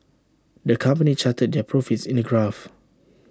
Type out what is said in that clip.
the company charted their profits in A graph